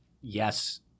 yes